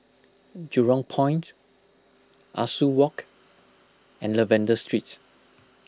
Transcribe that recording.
Jurong Point Ah Soo Walk and Lavender Street